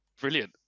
brilliant